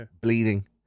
bleeding